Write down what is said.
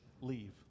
leave